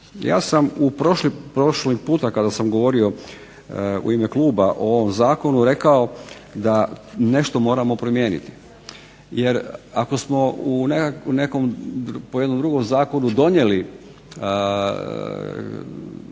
Ja sam prošli puta kada sam govorio u ime kluba o ovom Zakonu rekao da nešto moramo promijeniti. Jer ako smo u nekom po jednom drugom zakonu donijeli